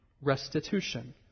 restitution